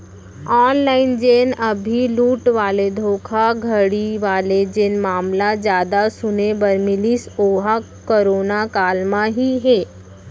online जेन अभी लूट वाले धोखाघड़ी वाले जेन मामला जादा सुने बर मिलिस ओहा करोना काल म ही हे